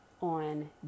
on